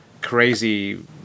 crazy